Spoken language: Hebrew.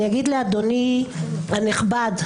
אני אגיד לאדוני הנכבד,